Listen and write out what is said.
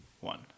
one